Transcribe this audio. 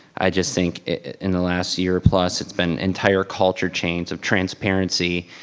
i just think in the last year plus it's been entire culture change of transparency,